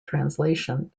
translation